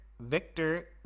Victor